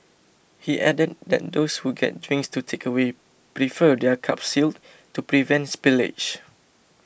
he added that those who get drinks to takeaway prefer their cups sealed to prevent spillage